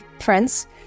friends